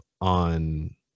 on